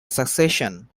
succession